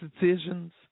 decisions